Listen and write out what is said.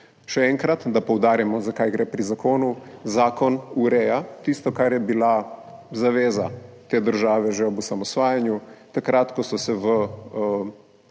Še enkrat, da poudarimo, za kaj gre pri zakonu. Zakon ureja tisto, kar je bila zaveza te države že ob osamosvajanju, takrat, ko so se v